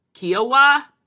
Kiowa